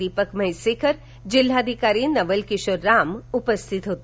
दिपक म्हैसेकर जिल्हाधिकारी नवल किशोर राम उपस्थित होते